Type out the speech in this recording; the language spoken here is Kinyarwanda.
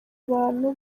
abantu